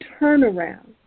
turnaround